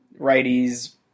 righties